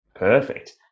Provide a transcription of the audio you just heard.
Perfect